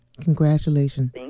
Congratulations